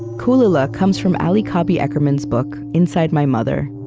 kulila comes from ali cobby eckermann's book inside my mother.